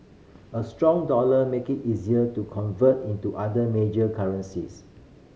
a strong dollar make it easier to convert into other major currencies